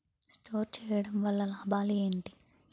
Store చేయడం వల్ల లాభాలు ఏంటి?